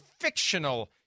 fictional